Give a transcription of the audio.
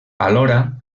alhora